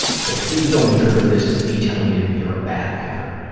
so, please, don't interpret this as me telling you that you're a bad mother.